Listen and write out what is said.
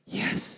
yes